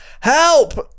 help